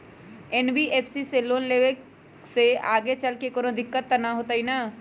NBFC से loan लेबे से आगेचलके कौनो दिक्कत त न होतई न?